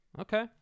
Okay